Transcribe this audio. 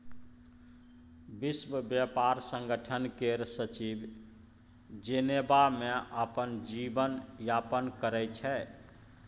विश्व ब्यापार संगठन केर सचिव जेनेबा मे अपन जीबन यापन करै छै